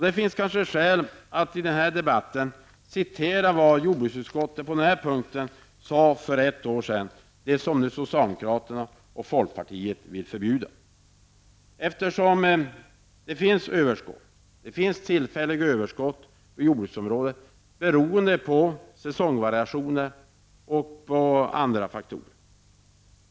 Det finns kanske skäl att citera vad jordbruksutskottet för ett år sedan uttalade -- det som socialdemokraterna och folkpartiet nu vill förbjuda. Det finns tillfälliga överskott på jordbruksområdet beroende på säsongvariationer och på andra faktorer.